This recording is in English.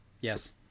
Yes